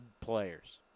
players